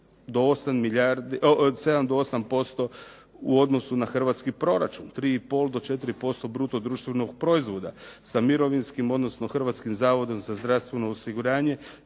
7 do 8% u odnosu na hrvatski proračun. 3,5 do 4% bruto društvenog proizvoda. Sa mirovinskim, odnosno Hrvatskim zavodom za zdravstveno osiguranje